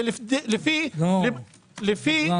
זה לפי הנתונים